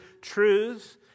truth